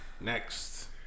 next